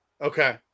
Okay